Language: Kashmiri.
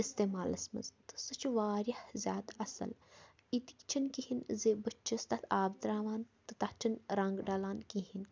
اِستعمالَس منٛز تہٕ سُہ چِھ واریاہ زیادٕ اَصٕل یِتہِ چِھنہٕ کِہیٖنۍ زِ بہٕ چھَس تَتھ آب تَرٛاوان تہٕ تَتھ چِھنہٕ رنٛگ ڈَلان کِہیٖنۍ